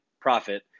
profit